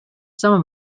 some